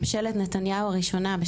ממשלת נתניהו הראשונה,